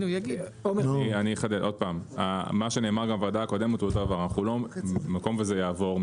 מה שנאמר בוועדה הקודמת אם יעבור,